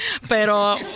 pero